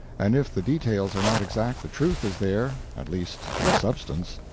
and if the details are not exact, the truth is there at least in substance.